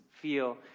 feel